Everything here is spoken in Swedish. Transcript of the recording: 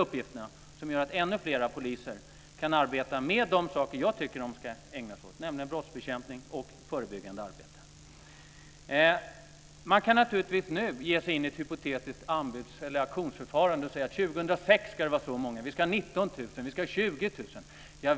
uppgifterna, vilket gör att ännu fler poliser kan arbeta med de saker som jag tycker att de ska ägna sig åt, nämligen brottsbekämpning och förebyggande arbete. Man kan naturligtvis nu ge sig in i ett hypotetiskt aktionsförfarande och säga att 2006 ska det vara si och så många, vi ska 19 000 eller 20 000 poliser.